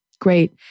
Great